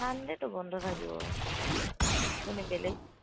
চানডে'টো বন্ধ থাকিব আপুনি বেলেগ